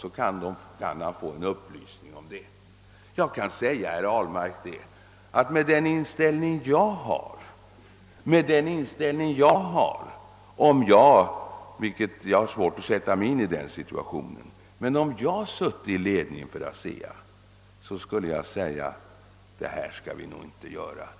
Jag har svårt att se mig i den situationen att jag skulle sitta i ledningen för ASEA, men jag kan säga herr Ahlmark att jag under sådana förhållanden i detta fall förmodligen skulle säga: Det här skall vi inte göra.